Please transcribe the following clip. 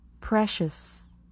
precious